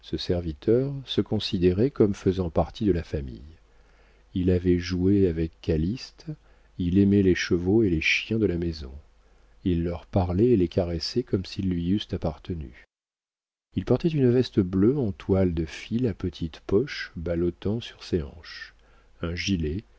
serviteur se considérait comme faisant partie de la famille il avait joué avec calyste il aimait les chevaux et les chiens de la maison il leur parlait et les caressait comme s'ils lui eussent appartenu il portait une veste bleue en toile de fil à petites poches ballottant sur ses hanches un gilet